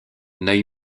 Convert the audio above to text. neue